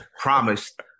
promised